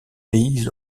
pays